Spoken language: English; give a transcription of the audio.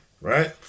right